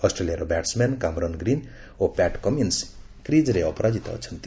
ଅଷ୍ଟ୍ରେଲିଆର batsman Cameron Green ଓ Pat Cummins କ୍ରିକ୍ରେ ଅପରାଜିତ ଅଛନ୍ତି